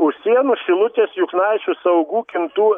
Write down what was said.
usėnų šilutės juknaičių saugų kintų